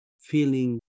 feeling